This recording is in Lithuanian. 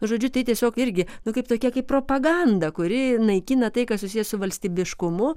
žodžiu tai tiesiog irgi nu kaip tokia kaip propaganda kuri naikina tai kas susiję su valstybiškumu